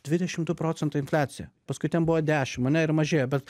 dvidešimt du procentai infliacija paskui ten buvo dešimt ar ne ir mažėja bet